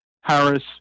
Harris